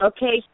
Okay